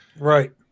Right